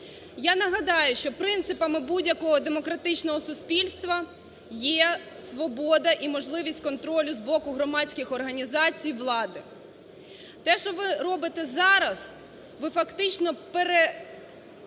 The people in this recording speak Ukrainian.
Я нагадаю, що принципами будь-якого демократичного суспільства є свобода і можливість контролю з боку громадських організацій влади. Те, що ви робите зараз, ви фактично повністю